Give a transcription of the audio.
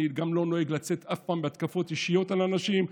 אני גם לא נוהג לצאת אף פעם בהתקפות אישיות על אנשים.